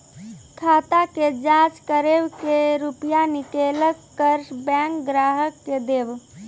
खाता के जाँच करेब के रुपिया निकैलक करऽ बैंक ग्राहक के देब?